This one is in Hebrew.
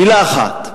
מלה אחת.